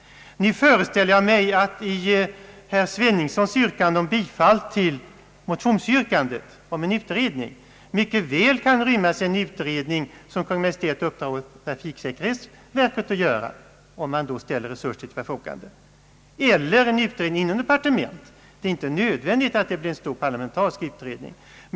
Nu föreställer jag mig att det i herr Sveningssons yrkande om bifall till motionens krav på en utredning mycket väl kan inrymmas ett uppdrag från Kungl. Maj:t till trafiksäkerhetsverket om en sådan utredning, under förutsättning att resurser ställs till förfogande. Denna utredning kan också verkställas inom departementet, men det är inte nödvändigt att tillsätta en stor parlamentarisk utredning.